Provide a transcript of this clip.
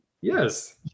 Yes